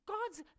God's